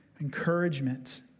encouragement